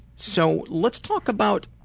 so let's talk about